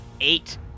eight